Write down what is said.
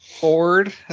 Ford